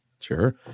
Sure